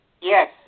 Yes